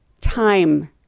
time